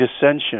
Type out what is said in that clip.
dissension